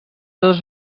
dos